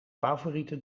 favoriete